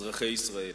אזרחי ישראל,